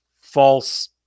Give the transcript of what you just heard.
false